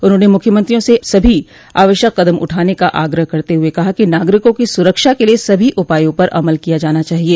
उन्होंने मुख्यमंत्रियों से सभी आवश्यक कदम उठाने का आग्रह करते हुए कहा कि नागरिकों की सुरक्षा के लिए सभी उपायों पर अमल किया जाना चाहिए